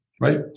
right